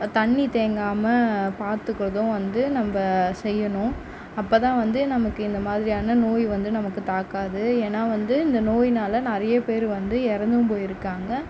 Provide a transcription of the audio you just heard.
தண்ணி தேங்காமல் பார்த்துக்கறதும் வந்து நம்ப செய்யணும் அப்ப தான் வந்து நமக்கு இந்த மாதிரியான நோய் வந்து நமக்கு தாக்காது ஏன்னா வந்து இந்த நோய்னால நிறைய பேர் வந்து இறந்தும் போயிருக்காங்க